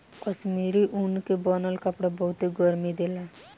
कश्मीरी ऊन के बनल कपड़ा बहुते गरमि देला